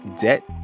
debt